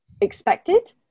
expected